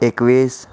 એકવીસ